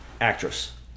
actress